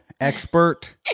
expert